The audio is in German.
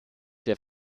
der